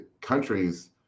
countries